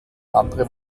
andere